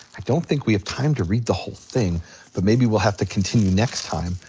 i don't think we have time to read the whole thing but maybe we'll have to continue next time.